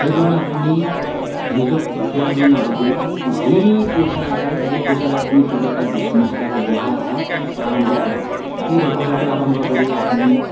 সেইকাৰণে আপুনি নিজক দুখীয়া বুলি নাভাবি যি পইচা আছে সেই পইচাৰে আপুনি কিবা এটা বিজনেছ বা ব্যৱসায় এটা আৰম্ভ কৰক সেই ব্যৱসায়টো আৰম্ভ কৰি আপুনি